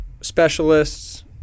specialists